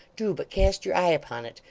do but cast your eye upon it.